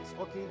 okay